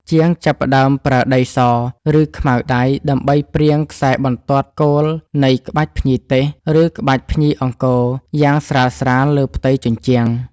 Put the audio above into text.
ជាងចាប់ផ្ដើមប្រើដីស ឬខ្មៅដៃដើម្បីព្រាងខ្សែបន្ទាត់គោលនៃក្បាច់ភ្ញីទេស ឬក្បាច់ភ្ញីអង្គរយ៉ាងស្រាលៗលើផ្ទៃជញ្ជាំង។